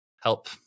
help